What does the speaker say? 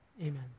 Amen